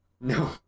No